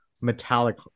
metallic